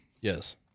Yes